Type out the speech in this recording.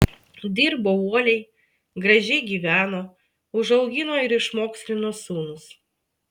dirbo uoliai gražiai gyveno užaugino ir išmokslino sūnus